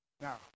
Now